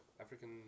African